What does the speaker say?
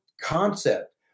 concept